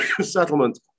settlement